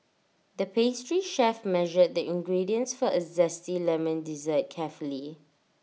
the pastry chef measured the ingredients for A Zesty Lemon Dessert carefully